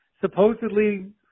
Supposedly